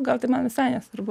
gal tai man visai nesvarbu